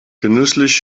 genüsslich